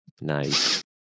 Nice